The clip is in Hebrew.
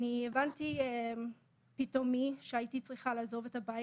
אני הבנתי באופן פתאומי שאני ממש צריכה לעזוב את הבית